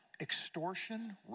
extortion